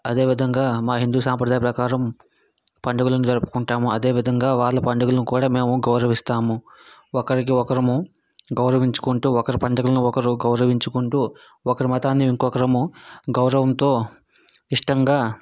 అదే విధంగా మా హిందు సాంప్రదాయ ప్రకారం పండుగలను జరుపుకుంటాము అదే విధంగా వాళ్ళ పండుగలను కూడా మేము గౌరవిస్తాము ఒకరికి ఒకరము గౌరవించుకుంటూ ఒకరి పండుగలని ఒకరు గౌరవించుకుంటూ ఒకరి మతాన్ని ఇంకొకరము గౌరవంతో ఇష్టంగా